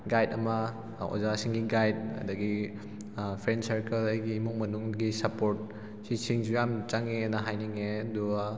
guide ꯑꯃ ꯑꯣꯖꯥꯁꯤꯡꯒꯤ guide ꯑꯗꯨꯗꯒꯤ ꯐ꯭ꯔꯦꯟ ꯁꯔꯀꯜ ꯑꯩꯒꯤ ꯏꯃꯨꯡ ꯃꯅꯨꯡꯒꯤ ꯁꯞꯄꯣꯔ꯭ꯠ ꯁꯤꯁꯤꯡꯁꯨ ꯌꯥꯝꯅ ꯆꯪꯏꯅ ꯍꯥꯏꯅꯤꯡꯉꯦ ꯑꯗꯨꯒ